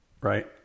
right